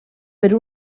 per